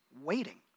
waiting